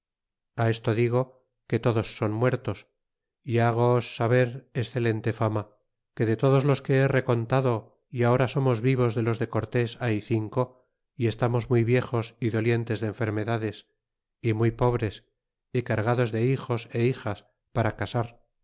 esto digo que todos son muertos y hwoos saber excelente fama que de todos los e he recontado y ahora somos vivos de los de cortés hay cinco y estamos muy viejos y dolientes de enfermedades y muy pobres y cargados de hijos é hijas para casar